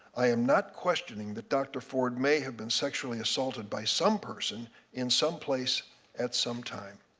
i am not questioning that dr. ford may have been sexually assaulted by some person in someplace at some time.